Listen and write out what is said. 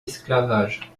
esclavage